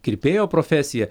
kirpėjo profesija